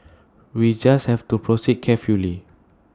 we just have to proceed carefully